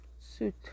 suit